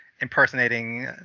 impersonating